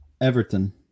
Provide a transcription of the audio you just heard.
Everton